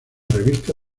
revista